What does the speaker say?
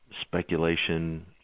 speculation